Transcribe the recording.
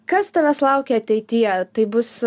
kas tavęs laukia ateityje tai bus